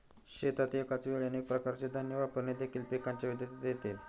शेतात एकाच वेळी अनेक प्रकारचे धान्य वापरणे देखील पिकांच्या विविधतेत येते